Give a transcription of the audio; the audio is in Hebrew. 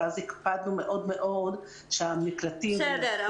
אז הקפדנו מאוד שהמקלטים --- בסדר,